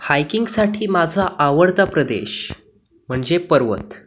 हायकिंगसाठी माझा आवडता प्रदेश म्हणजे पर्वत